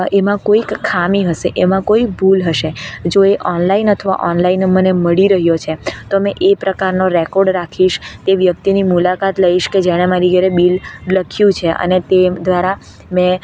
એમાં કોઈક ખામી હશે એમાં કોઈ ભૂલ હશે જો એ ઓનલાઈન અથવા ઓનલાઈન મને મળી રહ્યો છે તો મેં એ પ્રકારનો રેકોર્ડ રાખીશ એ વ્યક્તિની મુલાકાત લઇશ કે જેણે મારા ઘરે બિલ લખ્યું છે અને તે એમ દ્વારા મેં